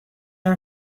are